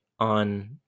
on